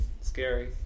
Scary